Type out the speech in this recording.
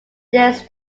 this